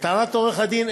לטענת עורך-הדין,